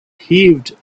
heaved